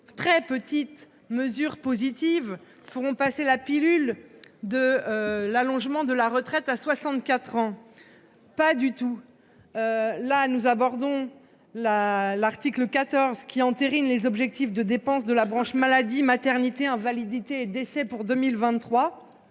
très petites mesures positives feront passer la pilule du report de l'âge de la retraite à 64 ans. Pas du tout ! Nous abordons l'examen de l'article 14, qui entérine les objectifs de dépense de la branche maladie, maternité, invalidité et décès pour 2023.